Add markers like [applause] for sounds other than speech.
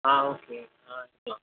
ஆ okay ஆ [unintelligible]